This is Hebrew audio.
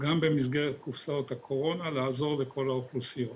גם במסגרת קופסאות הקורונה לעזור לכל האוכלוסיות.